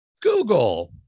Google